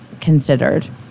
considered